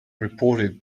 reported